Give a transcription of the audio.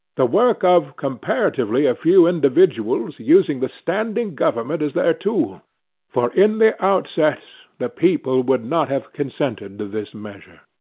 the work of comparatively a few individuals using the standing government as their tool for in the outset, the people would not have consented to this measure.